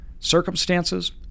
Circumstances